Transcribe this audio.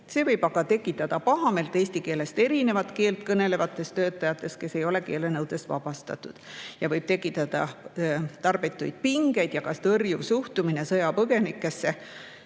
See võib aga tekitada pahameelt eesti keelest erinevat keelt kõnelevates töötajates, kes ei ole keelenõudest vabastatud, ja võib tekitada tarbetuid pingeid ja ka tõrjuvat suhtumist sõjapõgenikesse,